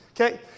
Okay